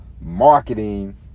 marketing